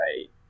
right